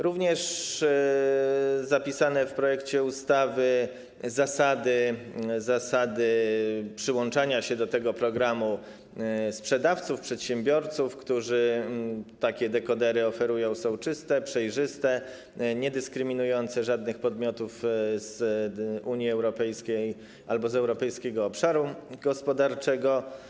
Również zapisane w projekcie ustawy zasady przyłączania się do tego programu sprzedawców, przedsiębiorców, którzy takie dekodery oferują, są czyste, przejrzyste i nie dyskryminują żadnych podmiotów z Unii Europejskiej albo z Europejskiego Obszaru Gospodarczego.